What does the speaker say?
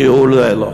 כהוא-זה לא.